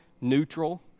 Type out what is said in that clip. neutral